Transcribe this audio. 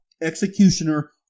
executioner